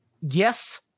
yes